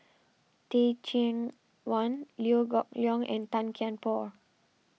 Teh Cheang Wan Liew Geok Leong and Tan Kian Por